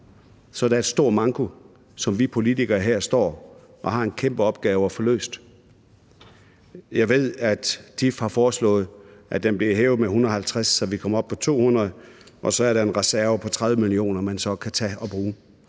Så der er en stor manko, som vi politikere har en kæmpe opgave med at få løst. Jeg ved, at DIF har foreslået, at beløbet bliver hævet med 150 mio. kr., så vi kommer op på 200 mio. kr., og så er der en reserve på 30 mio. kr., man kan tage og bruge.